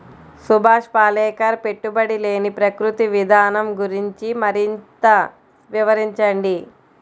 సుభాష్ పాలేకర్ పెట్టుబడి లేని ప్రకృతి విధానం గురించి మరింత వివరించండి